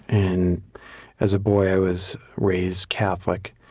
and as a boy, i was raised catholic.